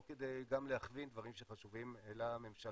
כדי גם להכווין דברים שחשובים לממשלה.